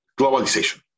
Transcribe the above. Globalization